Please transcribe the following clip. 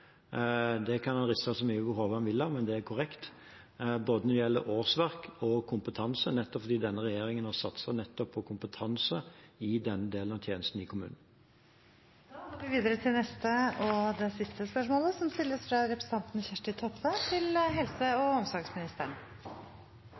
Det kan representanten riste så mye på hodet han vil av, men det er korrekt både når det gjelder årsverk og når det gjelder kompetanse, nettopp fordi denne regjeringen har satset på kompetanse i denne delen av tjenesten i kommunene. Da går vi til spørsmål 4. «Lukas Stiftelsen fikk i 2019 i oppdrag å etablere, utprøve og